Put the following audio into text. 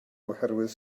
oherwydd